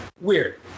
Weird